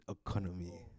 economy